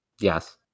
Yes